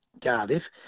Cardiff